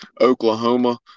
Oklahoma